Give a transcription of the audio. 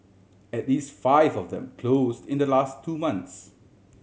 at least five of them closed in the last two months